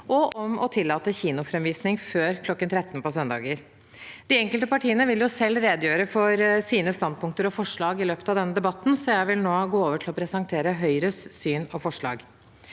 og om å tillate kinoframvisning før kl. 13 på søndager. De enkelte partiene vil selv redegjøre for sine standpunkter og forslag i løpet av debatten, så jeg vil nå gå over til å presentere Høyres syn og forslag.